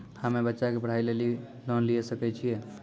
हम्मे बच्चा के पढ़ाई लेली लोन लिये सकय छियै?